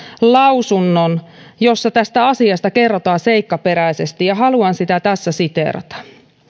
lausunnon jossa tästä asiasta kerrotaan seikkaperäisesti ja haluan sitä tässä siteerata